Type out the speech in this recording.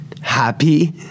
happy